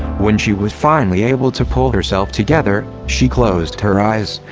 when she was finally able to pull herself together, she closed her eyes,